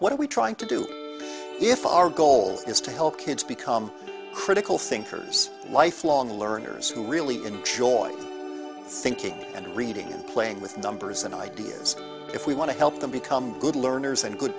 what are we trying to do if our goal is to help kids become critical thinkers lifelong learners who really enjoy thinking and reading and playing with numbers and ideas if we want to help them become good learners and good